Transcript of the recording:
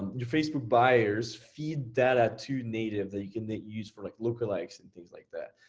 your facebook buyers feed data to native that you can then use for like look alikes and things like that.